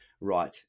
right